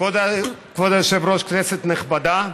כבוד היושב-ראש, כנסת נכבדה,